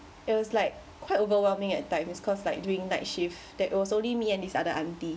it was like quite overwhelming at times cause like doing night shift that was only me and this other aunty